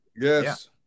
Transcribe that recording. Yes